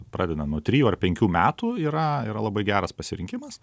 pradedant nuo trijų ar penkių metų yra yra labai geras pasirinkimas